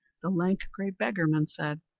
the lank, grey beggarman said,